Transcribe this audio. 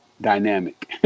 dynamic